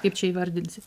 kaip čia įvardinsi